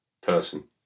person